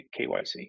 KYC